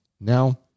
Now